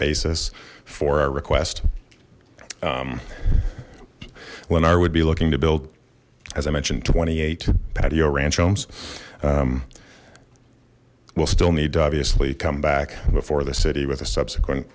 basis for our request lennar would be looking to build as i mentioned twenty eight patio ranch homes we'll still need to obviously come back before the city with a subsequent